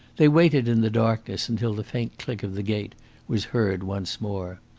they waited in the darkness until the faint click of the gate was heard once more.